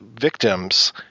victims